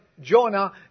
Jonah